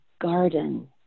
garden